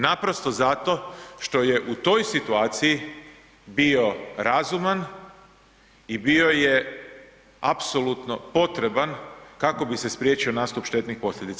Naprosto zato što je u toj situaciji bio razuman i bio je apsolutno potreban kako bi se spriječio nastup štetnih posljedica.